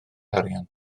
arian